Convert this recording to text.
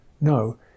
No